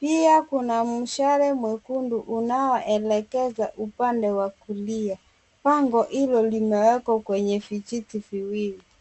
pia kuna mshale mwekundu unaoelekeza upande wa kulia. Bango hilo limewekwa kwenye vijiti viwili.